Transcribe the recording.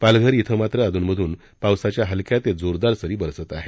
पालघर इथं मात्र अधून मधून पावसाच्या हलक्या ते जोरदार सरी बरसत आहेत